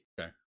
Okay